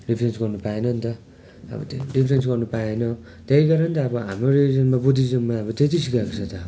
difference गर्नु पाएन नि त अब त्यो डिफ्रेन्स गर्नु पाएन त्यही कारण त अब हाम्रो रिलिजनमा बुद्धिज्ममा अब त्यही त सिकाएको छ त अब